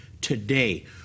today